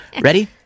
Ready